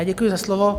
Děkuji za slovo.